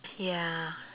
ya